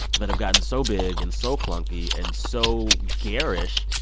that have gotten so big and so clunky and so garish,